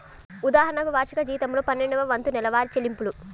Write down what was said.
ఉదాహరణకు, వార్షిక జీతంలో పన్నెండవ వంతు నెలవారీ చెల్లింపులు